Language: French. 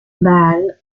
baal